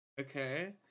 Okay